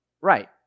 Right